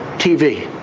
tv